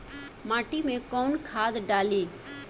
माटी में कोउन खाद डाली?